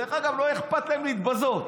דרך אגב, לא אכפת להם להתבזות.